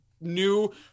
new